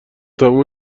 تموم